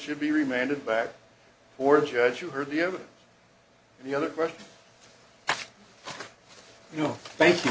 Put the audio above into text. should be remanded back for a judge you heard the other the other question you know thank you